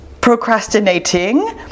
procrastinating